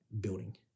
building